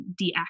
deactivate